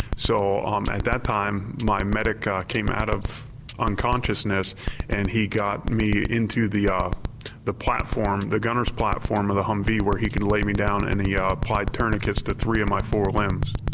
so um at that time my medic ah came out of unconsciousness and he got me into the um the platform, the gunner's platform of the humvee where he could lay me down and he ah applied tourniquets to three of my four limbs.